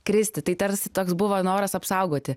kristi tai tarsi toks buvo noras apsaugoti